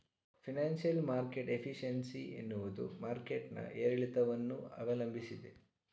financial market efficiency ಎನ್ನುವುದು market ನ ಏರಿಳಿತವನ್ನು ಅವಲಂಬಿಸಿದೆ